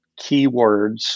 keywords